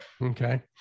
Okay